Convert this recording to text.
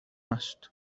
است